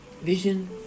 vision